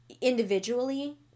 individually